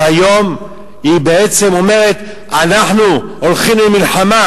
שהיום היא בעצם אומרת: אנחנו הולכים למלחמה,